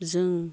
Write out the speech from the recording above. जों